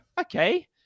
okay